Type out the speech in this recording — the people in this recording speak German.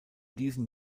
diesen